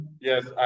yes